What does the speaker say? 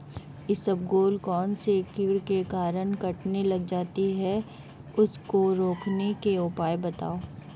इसबगोल कौनसे कीट के कारण कटने लग जाती है उसको रोकने के उपाय बताओ?